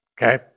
okay